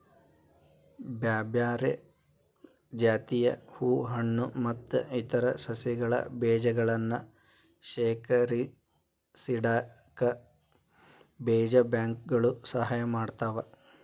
ಬ್ಯಾರ್ಬ್ಯಾರೇ ಜಾತಿಯ ಹೂ ಹಣ್ಣು ಮತ್ತ್ ಇತರ ಸಸಿಗಳ ಬೇಜಗಳನ್ನ ಶೇಖರಿಸಿಇಡಾಕ ಬೇಜ ಬ್ಯಾಂಕ್ ಗಳು ಸಹಾಯ ಮಾಡ್ತಾವ